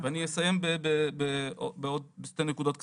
ואני אסיים בשתי נקודות קצרות.